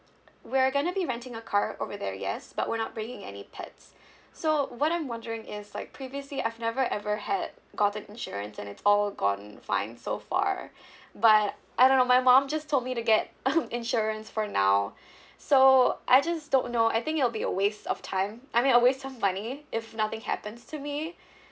we're going to be renting a car over there yes but we're not bringing any pets so what I'm wondering is like previously I've never ever had gotten insurance and it's all gone fine so far but I don't know my mum just told me to get um insurance for now so I just don't know I think it'll be a waste of time I mean a waste of money if nothing happens to me